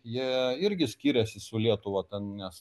jie irgi skyrėsi su lietuva nes